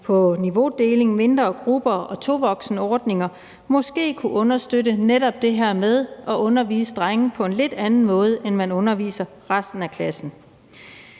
på niveaudeling, mindre grupper og tovoksenordninger måske kunne understøtte det her med at undervise drenge på en lidt anden måde, end man underviser resten af klassen.